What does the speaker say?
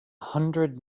hundred